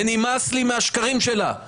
נמאס לי מהשקרים שלה.